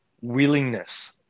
willingness